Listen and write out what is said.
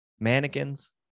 mannequins